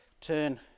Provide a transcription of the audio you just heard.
turn